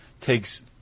takes